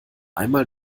einmal